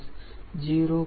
4326 0